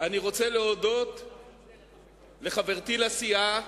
אני רוצה להודות לחברתי לסיעה,